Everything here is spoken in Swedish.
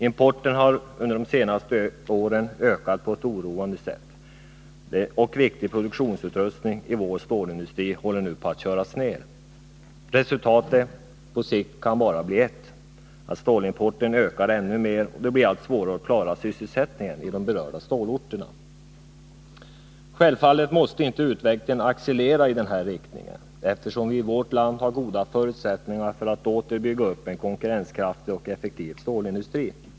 Importen har under de senaste åren ökat på ett oroande sätt, och viktig produktionsutrustning i vår stålindustri håller på att köras ner. Resultatet på sikt kan bara bli att stålimporten ökar ännu mer och att det blir allt svårare att klara sysselsättningen i de berörda stålorterna. Självfallet måste inte utvecklingen accelerera i den här riktningen, eftersom vi i vårt land har goda förutsättningar för att åter bygga upp en konkurrenskraftig och effektiv stålindustri.